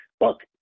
Look